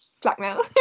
blackmail